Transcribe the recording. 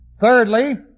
Thirdly